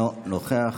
אינו נוכח,